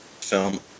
film